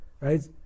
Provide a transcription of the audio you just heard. right